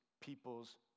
people's